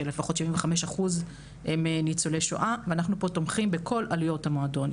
שלפחות 75% מהם הם ניצולי שואה ואנחנו פה תומכים בכל עלויות המועדון,